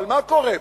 אבל מה קורה פה?